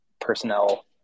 personnel